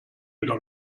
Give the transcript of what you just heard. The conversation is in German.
wieder